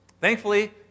Thankfully